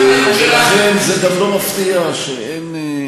לכן זה גם לא מפתיע שאין,